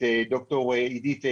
את ד"ר אידית,